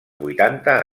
vuitanta